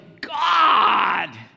God